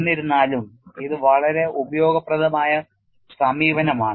എന്നിരുന്നാലും ഇത് വളരെ ഉപയോഗപ്രദമായ സമീപനമാണ്